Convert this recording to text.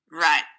Right